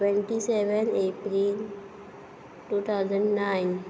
twenty seven April two thousand nine